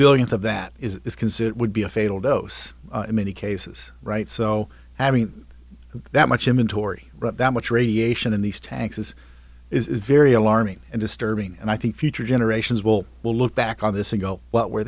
billionth of that is considered would be a fatal dose many cases right so having that much inventory that much radiation in these tanks is is very alarming and disturbing and i think future generations will will look back on this a go what were